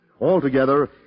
Altogether